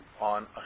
on